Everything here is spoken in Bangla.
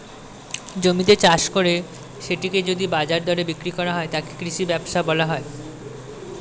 জমিতে চাষ করে সেটিকে যদি বাজার দরে বিক্রি করা হয়, তাকে কৃষি ব্যবসা বলা হয়